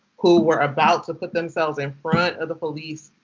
who were about to put themselves in front of the police.